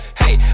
hey